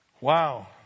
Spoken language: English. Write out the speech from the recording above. Wow